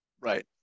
Right